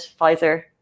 Pfizer